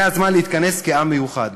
זה הזמן להתכנס כעם מאוחד,